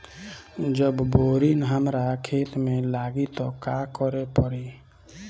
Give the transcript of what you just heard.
जब बोडिन हमारा खेत मे लागी तब का करे परी?